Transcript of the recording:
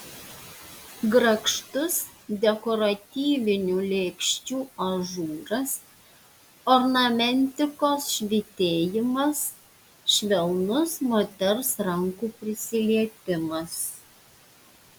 grakštus dekoratyvinių lėkščių ažūras ornamentikos švytėjimas švelnus moters rankų prisilietimas